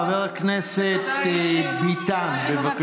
חבר הכנסת ביטן, בבקשה.